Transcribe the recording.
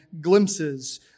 glimpses